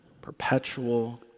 perpetual